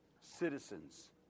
citizens